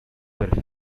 were